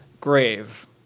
grave